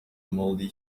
mouldy